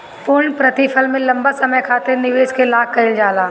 पूर्णप्रतिफल में लंबा समय खातिर निवेश के लाक कईल जाला